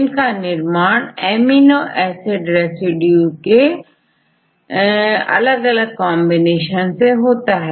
जिनका निर्माण amino acid residues के अलग अलग कॉन्बिनेशन से होता है